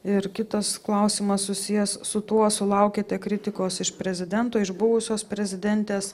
ir kitas klausimas susijęs su tuo sulaukiate kritikos iš prezidento iš buvusios prezidentės